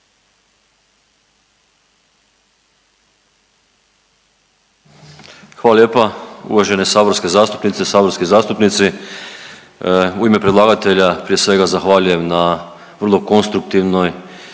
Hvala lijepa. Uvažene saborske zastupnice i saborski zastupnici, u ime predlagatelja prije svega zahvaljujem na vrlo konstruktivnoj